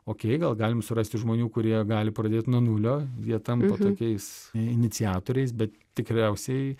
okėj gal galim surasti žmonių kurie gali pradėt nuo nulio jie tampa tokiais iniciatoriais bet tikriausiai